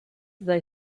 they